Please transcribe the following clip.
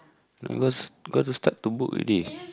never got to start to book already